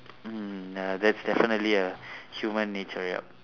mm ya that's definitely a human nature yup